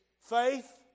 faith